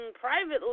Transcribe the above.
privately